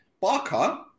Barker